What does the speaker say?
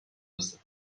هستم